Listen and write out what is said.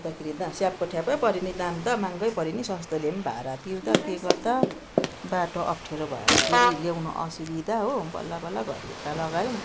अन्तखेरि त स्यापको ठ्यापै पऱ्यो नि दाम त महँगो पऱ्यो नि सस्तो ल्याए भाडा तिर्दा के गर्दा बाटो अफ्ठ्यारो भएर फेरि ल्याउनु असुविधा हो बल्ल बल्ल घरभित्र लगायौँ